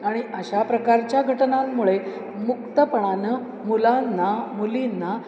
आणि अशा प्रकारच्या घटनांमुळे मुक्तपणानं मुलांना मुलींना